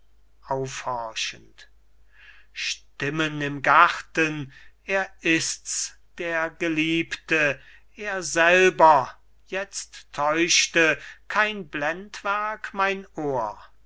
aufhorchend stimmen im garten er ist's der geliebte er selber jetzt täuschte kein blendwerk mein ohr